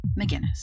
McGinnis